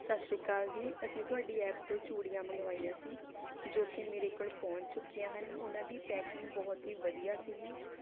ਸਤਿ ਸ਼੍ਰੀ ਅਕਾਲ ਜੀ ਅਸੀਂ ਤੁਹਾਡੀ ਐਪ ਤੋਂ ਚੂੜੀਆਂ ਮੰਗਵਾਈਆਂ ਸੀ ਜੋ ਕਿ ਮੇਰੇ ਕੋਲ ਪਹੁੰਚ ਚੁੱਕੀਆਂ ਹਨ ਉਹਨਾਂ ਦੀ ਪੈਕਿੰਗ ਬਹੁਤ ਹੀ ਵਧੀਆ ਸੀਗੀ